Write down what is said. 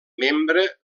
membre